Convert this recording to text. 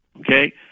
okay